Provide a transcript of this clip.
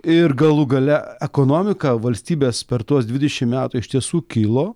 ir galų gale ekonomika valstybės per tuos dvidešimt metų iš tiesų kilo